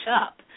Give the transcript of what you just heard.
up